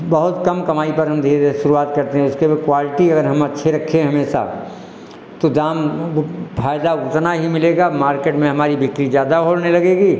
बहुत कम कमाई पर हम धीर धीरे शुरुआत करते हैं इसके में क्वालटी अगर हम अच्छी रखें हमेशा तो दाम हमको फायदा उतना ही मिलेगा मार्केट में हमारी बिक्री ज़्यादा होने लगेगी